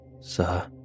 Sir